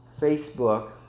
Facebook